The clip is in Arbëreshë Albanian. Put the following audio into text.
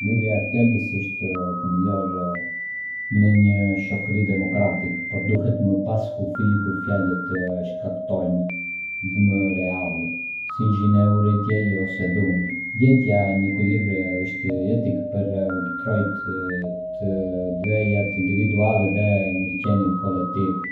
Liria e fjalës është themelore në një shoqëri demokratike, por duhet me pasë kufij kur fjalët shkaktojnë dëme reale, si nxitje urrejtjeje ose dhune. Gjetja e një ekuilibri është jetike për me mbrojtë të drejtat individuale edhe mirëqenien kolektive.